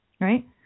Right